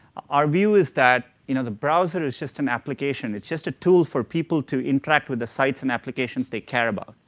our view is that you know the browser is just an application, it's just a tool for people to interact with the sites and applications they care about.